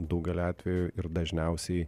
daugeliu atvejų ir dažniausiai